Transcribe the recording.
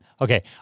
Okay